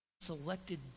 selected